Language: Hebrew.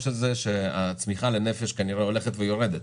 היא שהצמיחה לנפש כנראה הולכת ויורדת,